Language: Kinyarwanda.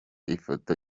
ifoto